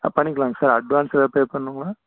ஆ பண்ணிக்கலாம் sir advance ஏதாவது pay பண்ணுங்களா